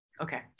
Okay